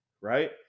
right